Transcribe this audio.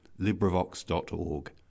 LibriVox.org